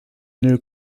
new